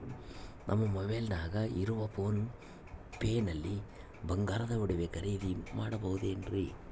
ನಮ್ಮ ಮೊಬೈಲಿನಾಗ ಇರುವ ಪೋನ್ ಪೇ ನಲ್ಲಿ ಬಂಗಾರದ ಒಡವೆ ಖರೇದಿ ಮಾಡಬಹುದೇನ್ರಿ?